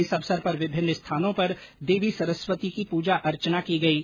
इस अवसर पर विभिन्न स्थानों पर देवी सरस्वती की पुजा अर्चना की गयी